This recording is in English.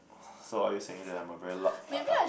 so are you saying that I'm a very loud